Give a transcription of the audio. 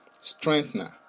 strengthener